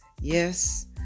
Yes